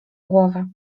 głowę